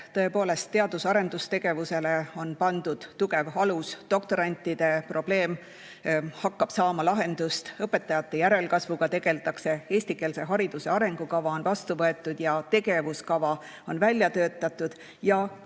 tõepoolest teadus‑ ja arendustegevusele on pandud tugev alus, doktorantide probleem hakkab saama lahendust, õpetajate järelkasvuga tegeldakse, eestikeelse hariduse arengukava on vastu võetud ja tegevuskava on välja töötatud ja